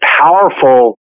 powerful